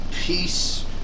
peace